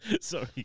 Sorry